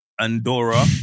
Andorra